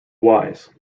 wise